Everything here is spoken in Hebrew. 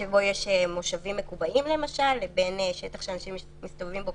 מושבים מקובעים לבין שטח שאנשים מסתובבים בו,